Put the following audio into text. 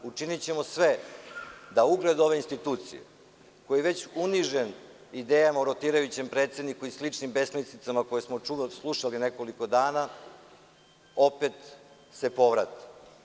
Učinićemo sve da ugled ove institucije, koji je već unižen idejama o rotirajućem predsedniku i sličnim besmislicama koje smo slušali nekoliko dana, opet se povrati.